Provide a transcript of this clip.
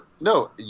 No